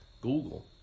Google